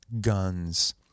guns